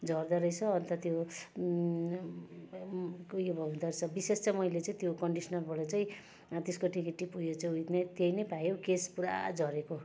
झर्दो रहेछ अन्त त्यो उयो हुँदोरहेछ विशेष चाहिँ मैले चाहिँ त्यो कन्डिसनरबाट चाहिँ त्यसको नेगेटिभ उयो चाहिँ त्यही नै पायो केश पुरा झरेको